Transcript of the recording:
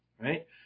right